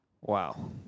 Wow